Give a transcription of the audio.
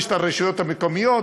יש הרשויות המקומיות,